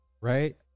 right